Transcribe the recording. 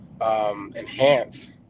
Enhance